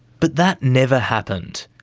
but that never happened.